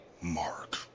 Mark